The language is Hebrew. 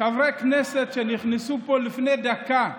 חברי כנסת שנכנסו לפה לפני דקה,